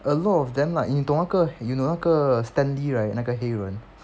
a lot of them lah 你懂那个你懂那个 stanley right 那个黑人